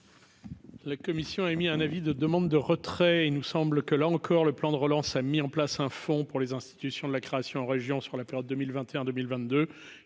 La commission a émis un avis de demandes de retrait et il nous semble que là encore le plan de relance, a mis en place un fonds pour les institutions de la création en région sur la période 2021 2022,